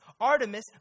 Artemis